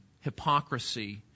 hypocrisy